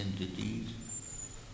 entities